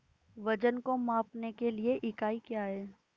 वजन को मापने के लिए इकाई क्या है?